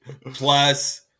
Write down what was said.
Plus